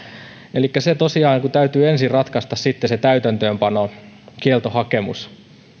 elikkä tosiaan kun täytyy ensin ratkaista sitten se täytäntöönpanokieltohakemus niin